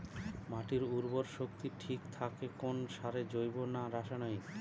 মাটির উর্বর শক্তি ঠিক থাকে কোন সারে জৈব না রাসায়নিক?